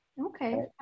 Okay